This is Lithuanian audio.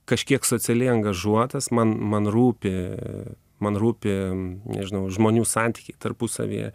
kažkiek socialiai angažuotas man man rūpi man rūpi nežinau žmonių santykiai tarpusavyje